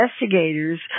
investigators